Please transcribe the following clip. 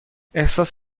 احساس